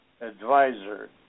advisor